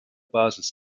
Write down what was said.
basis